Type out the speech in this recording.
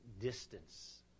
distance